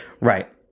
Right